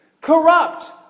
corrupt